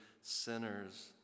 sinners